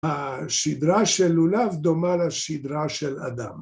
‫השדרה של לולב דומה לשדרה של אדם.